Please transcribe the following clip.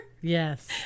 Yes